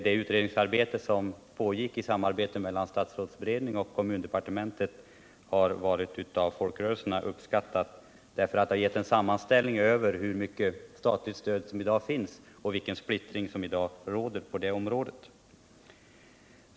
Det utredningsarbete som utfördes i samarbete mellan statsrådsberedningen och kommundepartementet har uppskattats av folkrörelserna, eftersom det gjordes en sammanställning över det statliga stödet i dag och då utredningen också visade den stora splittringen på det här området.